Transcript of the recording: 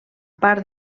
part